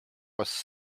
was